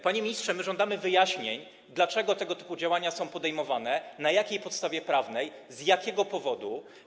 Panie ministrze, żądamy wyjaśnień, dlaczego tego typu działania są podejmowane, na jakiej podstawie prawnej, z jakiego powodu.